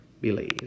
believe